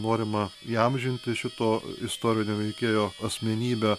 norima įamžinti šito istorinio veikėjo asmenybę